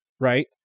Right